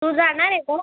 तू जाणार आहे का